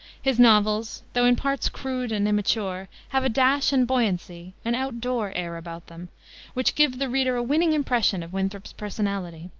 his novels, though in parts crude and immature, have a dash and buoyancy an out-door air about them which give the reader a winning impression of winthrop's personality.